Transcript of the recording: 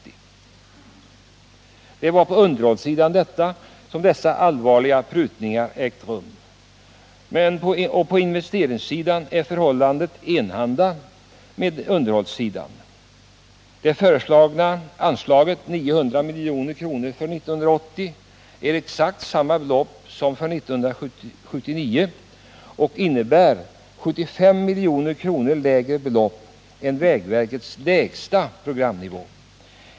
Det är alltså på underhållssidan som dessa allvarliga prutningar har skett. På investeringssidan är förhållandet enahanda. Det för nästa budgetår föreslagna beloppet — 900 milj.kr. — är exakt detsamma som utgår under innevarande budgetår. Det innebär att anslaget är 75 milj.kr. lägre än enligt vägverkets lägsta programnivå.